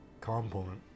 component